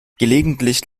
gelegentlich